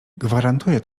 gwarantuje